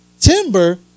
timber